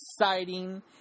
exciting